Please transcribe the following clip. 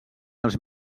els